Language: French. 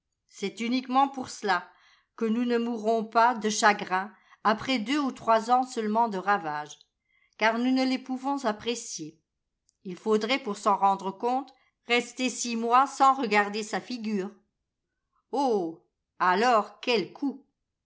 c'est uniquement pour cela que nous ne mourons pas de chagrin après deux ou trois ans seulement de ravages car nous ne les pouvons apprécier il faudrait pour s'en rendre compte rester six mois sans regarder sa figure oh alors quel coup